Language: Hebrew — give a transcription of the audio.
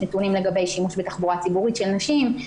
יש נתונים לגבי שימוש בתחבורה ציבורית של נשים.